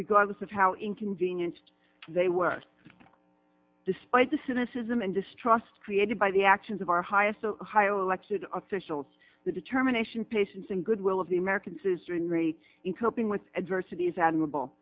regardless of how inconvenienced they were despite the sea this is a man distrust created by the actions of our highest ohio elected officials the determination patience and goodwill of the americans is doing great in coping with adversity is admirable